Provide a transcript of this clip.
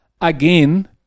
again